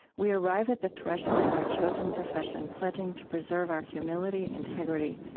we arrive at the threshold of our chosen profession, pledging to preserve our humility, integrity,